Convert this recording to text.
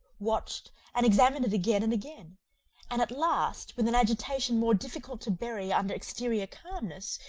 watched, and examined it again and again and at last, with an agitation more difficult to bury under exterior calmness,